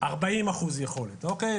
40% יכולת, אוקיי?